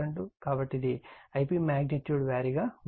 కాబట్టి ఇది Ip magnitude వారీగా ఉంది